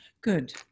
good